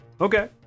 Okay